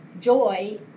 Joy